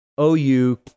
OU